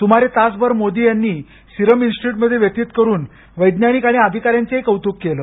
सुमारे तासभर मोदी यांनी सिरम इन्स्टिट्यूटमध्ये व्यतीत करून वैज्ञानिक आणि अधिकाऱ्यांचेही कौतुक केलं